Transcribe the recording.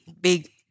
big